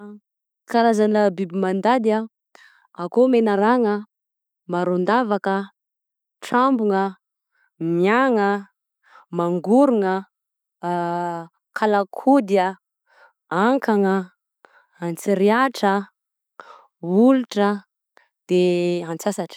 Karazana biby mandady: akô menarana, maro andavaka, trambogna, miagna, mangorogna, kalakody, ankana, antsiriàtra, olitra de antsasatra,